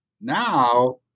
Now